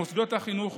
מוסדות החינוך,